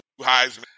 Heisman